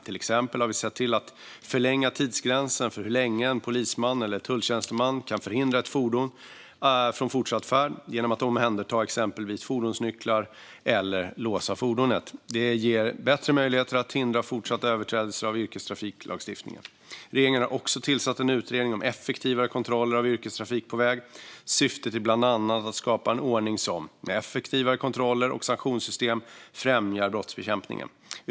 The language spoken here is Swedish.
Till exempel har vi sett till att förlänga tidsgränsen för hur länge en polisman eller en tulltjänsteman kan hindra ett fordon från fortsatt färd genom att omhänderta exempelvis fordonsnycklar eller låsa fordonet. Det ger bättre möjligheter att hindra fortsatta överträdelser av yrkestrafiklagstiftningen. Regeringen har också tillsatt en utredning om effektivare kontroller av yrkestrafik på väg. Syftet är bland annat att skapa en ordning som med effektivare kontroller och sanktionssystem främjar brottsbekämpningen.